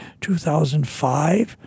2005